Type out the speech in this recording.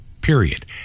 period